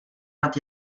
nad